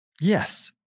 Yes